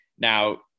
Now